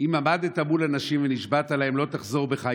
אם עמדת מול אנשים ונשבעת להם, לא תחזור בך.